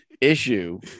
issue